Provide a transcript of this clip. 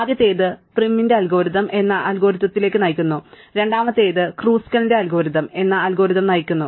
ആദ്യത്തേത് പ്രിമിന്റെ അൽഗോരിതംPrim's Algorithm എന്ന അൽഗോരിതത്തിലേക്ക് നയിക്കുന്നു രണ്ടാമത്തേത് ക്രുസ്കലിന്റെ അൽഗോരിതംKruskal's Algorithm എന്ന അൽഗോരിതം നയിക്കുന്നു